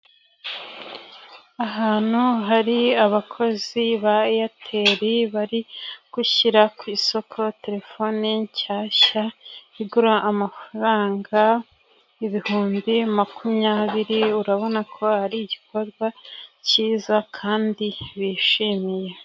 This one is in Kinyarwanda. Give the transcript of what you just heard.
Ahantu hari abakozi ba Eyateri, bari gushyira ku isoko telefone nshyashya igura amafaranga ibihumbi makumyabiri, urabona ko ari igikorwa cyiza kandi bishimiye.